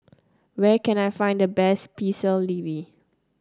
where can I find the best Pecel Lele